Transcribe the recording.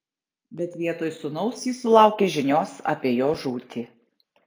bet vietoj sūnaus ji sulaukė žinios apie jo žūtį